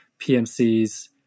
PMCs